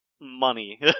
money